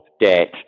debt